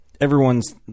everyone's